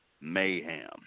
Mayhem